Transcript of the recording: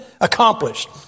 accomplished